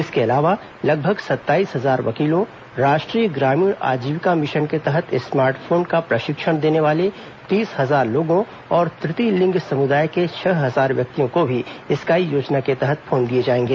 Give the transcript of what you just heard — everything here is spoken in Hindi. इसके अलावा लगभग सत्ताईस हजार वकीलों राष्ट्रीय ग्रामीण आजीविका मिशन के तहत स्मार्ट फोन का प्रशिक्षण देने वाले तीस हजार लोगों और तृतीय लिंग के छह हजार व्यक्तियों को भी स्काई योजना के तहत फोन दिए जाएंगे